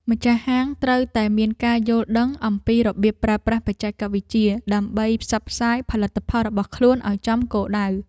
ម្ចាស់ហាងត្រូវតែមានការយល់ដឹងអំពីរបៀបប្រើប្រាស់បច្ចេកវិទ្យា ដើម្បីផ្សព្វផ្សាយផលិតផលរបស់ខ្លួនឱ្យចំគោលដៅ។